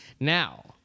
Now